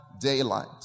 daylight